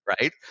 right